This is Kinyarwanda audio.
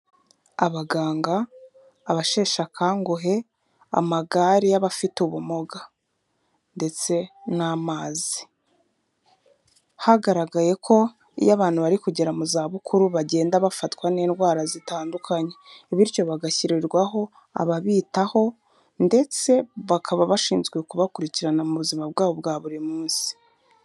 Abaganga, abasheshekanguhe, amagare y'abafite ubumuga ndetse n'amazi, hagaragaye ko iyo abantu bari kugera mu zabukuru bagenda bafatwa n'indwara zitandukanye, bityo bagashyirirwaho ababitaho ndetse bakaba bashinzwe kubakurikirana mu buzima bwabo bwa buri munsi.